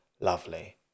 Lovely